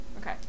Okay